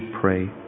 pray